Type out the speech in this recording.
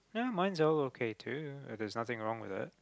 ya mine's all okay too there's nothing wrong with it